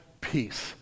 peace